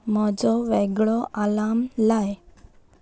म्हजो वेगळो आलार्म लाय